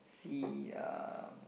see um